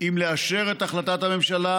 אם לאשר את החלטת הממשלה,